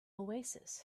oasis